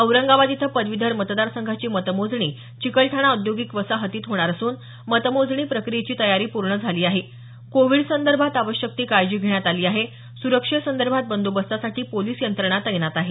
औरंगाबाद इथं पदवीधर मतदारसंघाची मतमोजणी चिकलठाणा औद्योगिक वसाहतीत होणार असून मतमोजणी प्रक्रियेची तयारी पूर्ण झाली आहे कोविड संदर्भात आवश्यक ती काळजी घेण्यात आली आहे सुरक्षेसदर्भात बदोबस्तासाठी पोलीस यत्रणा तैनात आहे